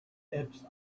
its